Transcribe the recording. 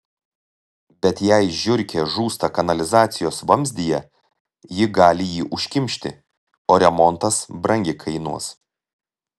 bet jei žiurkė žūsta kanalizacijos vamzdyje ji gali jį užkimšti o remontas brangiai kainuos